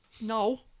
No